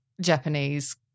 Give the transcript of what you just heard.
Japanese